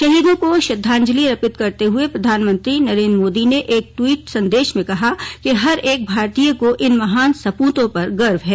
शहीदों को श्रद्वांजलि अर्पित करते हुए प्रधानमंत्री नरेन्द्र मोदी ने एक ट्वीट संदेश में कहा कि हर एक भारतीय को इन महान सपूतों पर गर्व है